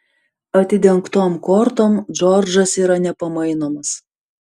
atidengtom kortom džordžas yra nepamainomas